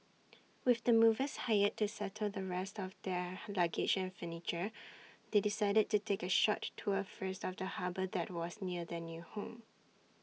with the movers hired to settle the rest of their luggage and furniture they decided to take A short tour first of the harbour that was near their new home